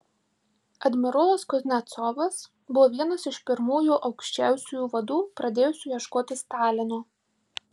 admirolas kuznecovas buvo vienas iš pirmųjų aukščiausiųjų vadų pradėjusių ieškoti stalino